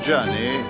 journey